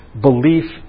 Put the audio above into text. belief